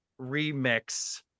remix